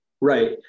right